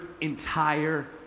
entire